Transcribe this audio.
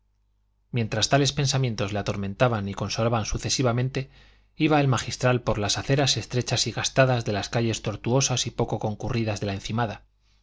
mientras tales pensamientos le atormentaban y consolaban sucesivamente iba el magistral por las aceras estrechas y gastadas de las calles tortuosas y poco concurridas de la encimada